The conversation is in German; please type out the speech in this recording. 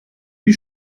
wie